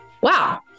Wow